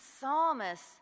psalmist